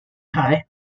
tie